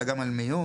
אלא גם על מיון,